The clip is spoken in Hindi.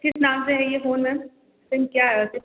किस नाम से है ये फोन मैम सिम क्या ये